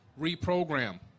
Reprogram